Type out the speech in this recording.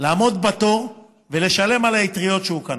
לעמוד בתור ולשלם על האטריות שהוא קנה,